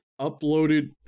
uploaded